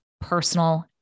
personal